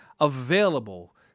available